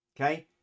okay